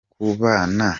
kubana